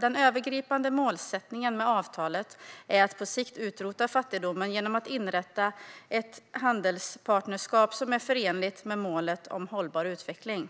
Den övergripande målsättningen med avtalet är att på sikt utrota fattigdomen genom att inrätta ett handelspartnerskap som är förenligt med målet om hållbar utveckling.